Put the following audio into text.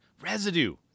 Residue